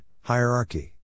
hierarchy